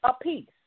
apiece